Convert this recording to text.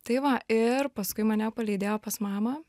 tai va ir paskui mane palydėjo pas mamą